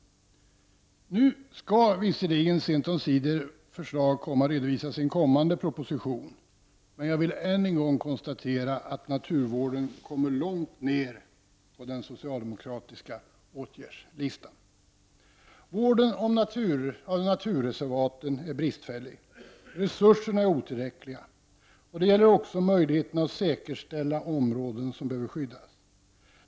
Nu skall visserligen förslag sent omsider redovisas i en kommande proposition. Men jag vill än en gång konstatera att naturvården kommer långt ned på den socialdemokratiska åtgärdslistan. Vården av naturreservaten är bristfällig, resurserna är otillräckliga, och det gäller också möjligheterna att säkerställa områden som behöver skyddas.